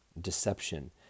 deception